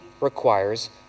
requires